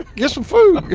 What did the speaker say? get some food